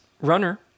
runner